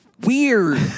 Weird